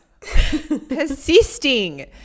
Persisting